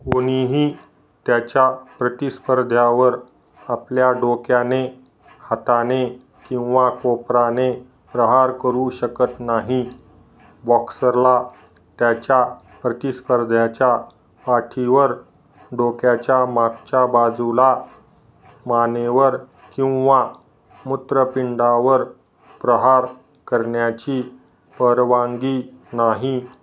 कोणीही त्याच्या प्रतिस्पर्ध्यावर आपल्या डोक्याने हाताने किंवा कोपराने प्रहार करू शकत नाही बॉक्सरला त्याच्या प्रतिस्पर्ध्याच्या पाठीवर डोक्याच्या मागच्या बाजूला मानेवर किंवा मुत्रपिंडावर प्रहार करण्याची परवानगी नाही